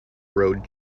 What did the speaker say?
road